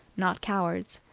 not cowards,